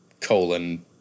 Colon